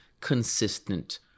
consistent